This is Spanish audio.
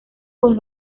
con